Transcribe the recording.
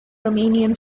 romanian